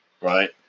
Right